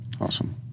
Awesome